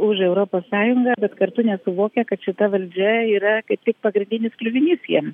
už europos sąjungą bet kartu nesuvokia kad šita valdžia yra kaip tik pagrindinis kliuvinys jiem